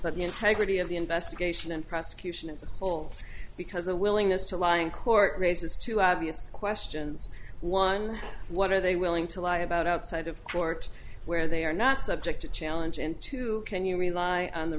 but the integrity of the investigation and prosecution as a whole because a willingness to lie in court raises two obvious questions one what are they willing to lie about outside of court where they are not subject to challenge into can you rely on the